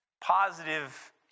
positive